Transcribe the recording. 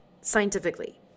scientifically